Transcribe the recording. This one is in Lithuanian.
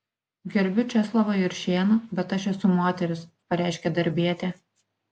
gerbiu česlovą juršėną bet aš esu moteris pareiškė darbietė